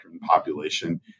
population